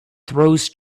throws